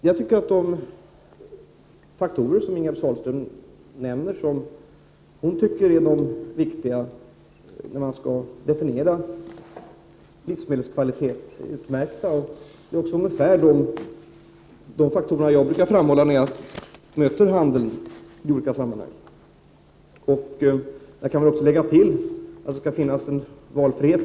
Jag tycker att de faktorer som Ingegerd Sahlström nämner som de hon tycker är de viktiga när man skall definiera livsmedelskvalitet är utmärkta. Det är också ungefär de faktorer som jag brukar framhålla när jag möter handeln i olika sammanhang. Jag kan också lägga till att det skall finnas valfrihet.